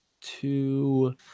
two